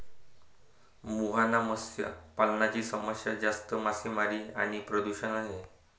मुहाना मत्स्य पालनाची समस्या जास्त मासेमारी आणि प्रदूषण आहे